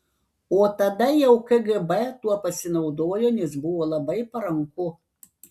o tada jau kgb tuo pasinaudojo nes buvo labai paranku